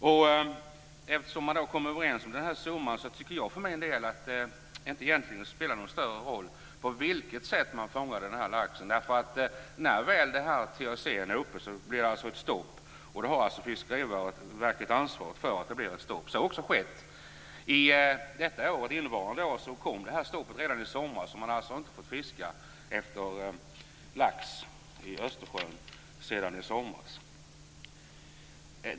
När man väl har kommit överens om dessa kvoter tycker jag för min del att det inte spelar någon större roll på vilket sätt laxen fångas. När väl TAC:n är uppe blir det ett stopp, och Fiskeriverket har ansvaret för att det blir ett stopp. Så har också skett. Innevarande år kom stoppet redan i somras, och man har alltså inte fått fiska efter lax i Östersjön sedan i somras.